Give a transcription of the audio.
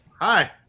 Hi